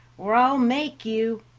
or i'll make you.